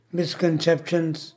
Misconceptions